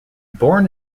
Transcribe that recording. born